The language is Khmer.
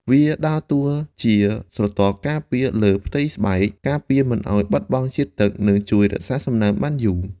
វាដើរតួជាស្រទាប់ការពារលើផ្ទៃស្បែក ការពារមិនឱ្យបាត់បង់ជាតិទឹក និងជួយរក្សាសំណើមបានយូរ។